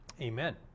Amen